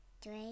three